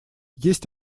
есть